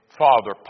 Father